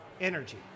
energy